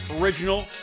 original